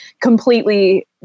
completely